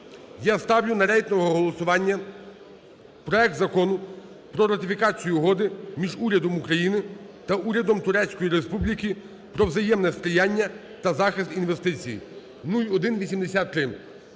Я ставлю на рейтингове голосування проект Закону про ратифікацію Угоди між Урядом України та Урядом Турецької Республіки про взаємне сприяння та захист інвестицій (0183).